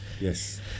yes